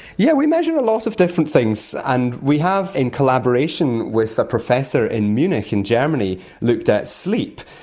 yeah we measure a lot of different things, and we have, in collaboration with a professor in munich in germany, looked at sleep,